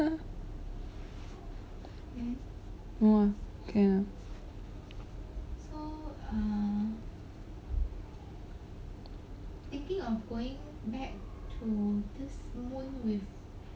no uh can uh